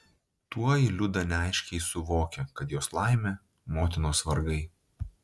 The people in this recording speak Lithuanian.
tuoj liuda neaiškiai suvokė kad jos laimė motinos vargai